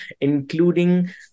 including